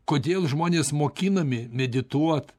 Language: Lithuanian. kodėl žmonės mokinami medituot